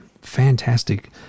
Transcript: Fantastic